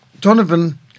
Donovan